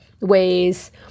ways